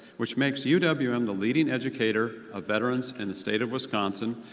which makes u w m the leading educator of veterans in the state of wisconsin.